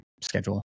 schedule